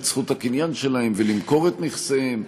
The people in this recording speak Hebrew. זכות הקניין שלהם ולמכור את נכסיהם,